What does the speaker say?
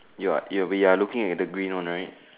you are you will be are looking at the green one right